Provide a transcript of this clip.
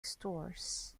stores